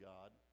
God